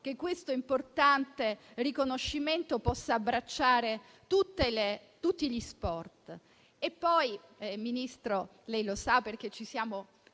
che questo importante riconoscimento possa abbracciare tutti gli sport.